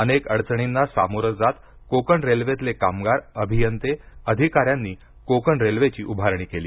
अनेक अडचणींना सामोरं जात कोकण रेल्वेतले कामगार अभियंते अधिकाऱ्यांनी कोकण रेल्वेची उभारणी केली